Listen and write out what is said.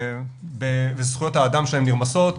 וזכויות האדם שלהם נרמסות,